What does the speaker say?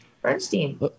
bernstein